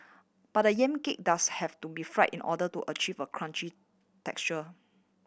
but the yam cake does have to be fried in order to achieve a crunchy texture